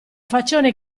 faccione